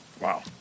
Wow